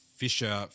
fisher